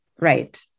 Right